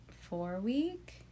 four-week